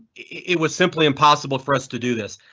it was simply impossible for us to do this.